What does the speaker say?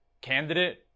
candidate